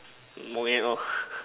moving on